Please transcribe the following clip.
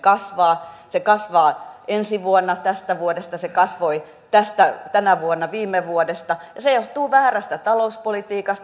se kasvaa ensi vuonna tästä vuodesta se kasvoi tänä vuonna viime vuodesta ja se johtuu väärästä talouspolitiikasta